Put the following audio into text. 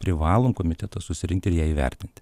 privalom komiteto susirinkti ir ją įvertinti